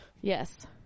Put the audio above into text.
Yes